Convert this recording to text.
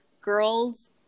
girls